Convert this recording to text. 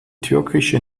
türkische